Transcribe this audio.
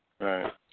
Right